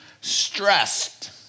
stressed